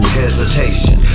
hesitation